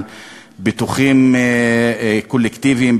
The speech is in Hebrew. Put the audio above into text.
על ביטוחים קולקטיביים,